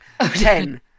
Ten